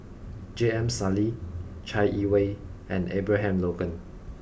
J M Sali Chai Yee Wei and Abraham Logan